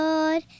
Lord